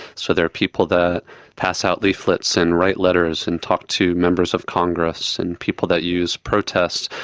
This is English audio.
so there are people that pass out leaflets and write letters and talk to members of congress and people that use protests,